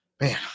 Man